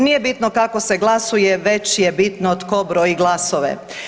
Nije bitno kako se glasuje već je bitno tko broji glasove.